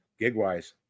gigwise